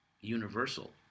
universal